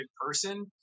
person